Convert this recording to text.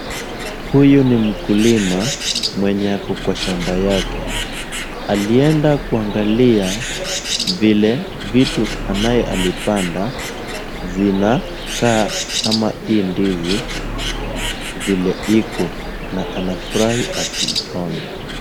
Huyu ni mkulima mwenye ako kwa shamba yake. Alienda kuangalia vile vitu anaye alipenda zinakaa ama hii ndizi vile iko na anafurahi akiiona.